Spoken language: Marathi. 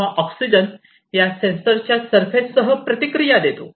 तेव्हा ऑक्सिजन या सेन्सरच्या सरफेससह प्रतिक्रिया देतो